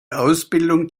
ausbildung